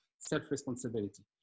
self-responsibility